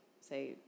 say